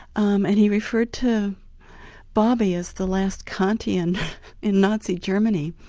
um and he referred to bobby as the last kantian in nazi germany.